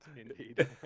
indeed